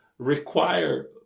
require